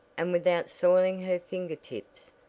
and without soiling her finger tips,